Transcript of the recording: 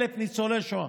ניצולי שואה,